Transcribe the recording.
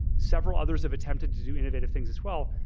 several others have attempted to do innovative things as well.